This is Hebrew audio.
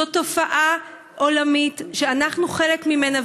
זו תופעה עולמית שאנחנו חלק ממנה.